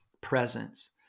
presence